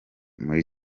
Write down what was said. muri